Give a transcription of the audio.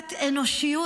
קצת אנושיות.